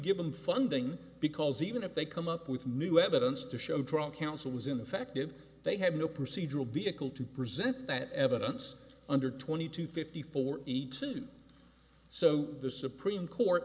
give them funding because even if they come up with new evidence to show trial counsel was ineffective they had no procedural vehicle to present that evidence under twenty two fifty four easy to do so the supreme court